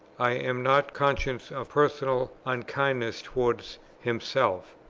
i am not conscious of personal unkindness towards himself.